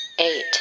eight